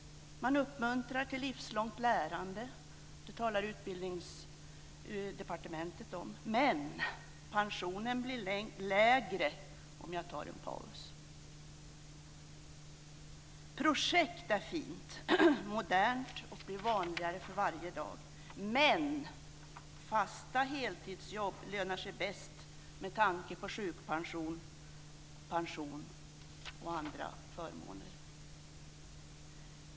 Man uppmuntrar till livslångt lärande. Det talar Utbildningsdepartementet om. Men pensionen blir lägre om jag tar en paus. Projekt är fint, modernt och blir vanligare för varje dag. Men fasta heltidsjobb lönar sig bäst med tanke på sjukpension, pension och andra förmåner.